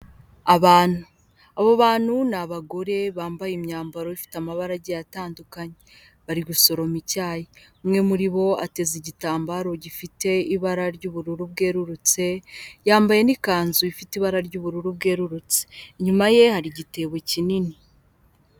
Abantu, abo bantu ni abagore bambaye imyambaro ifite amabara agiye atandukanye. Bari gusoroma icyayi, umwe muri bo ateze igitambaro gifite ibara ry'ubururu bwerurutse yambaye n'ikanzu ifite ibara ry'ubururu bwerurutse, inyuma ye hari igitebo kinini.